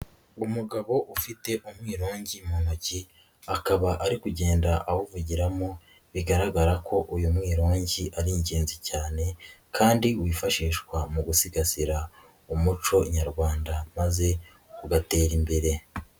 Umugabo ufite umwirongi mu ntoki, akaba ari kugenda awuvugiramo bigaragara ko uyu mwirongi ari ingenzi cyane kandi wifashishwa mu gusigasira umuco Nyarwanda maze ugatera imbere.